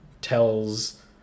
tells